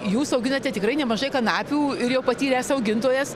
jūs auginate tikrai nemažai kanapių ir jau patyręs augintojas